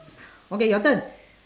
okay your turn